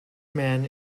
man